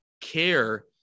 care